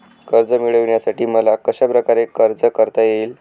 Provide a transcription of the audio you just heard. कर्ज मिळविण्यासाठी मला कशाप्रकारे अर्ज करता येईल?